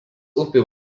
upių